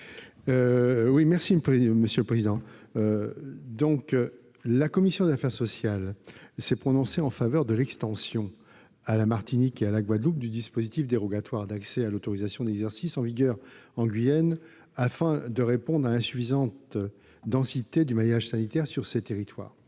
Quel est l'avis de la commission ? La commission s'est prononcée en faveur de l'extension à la Martinique et à la Guadeloupe du dispositif dérogatoire d'accès à l'autorisation d'exercice en vigueur en Guyane, afin de répondre à l'insuffisante densité du maillage sanitaire sur ces territoires.